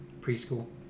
preschool